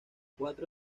cuatro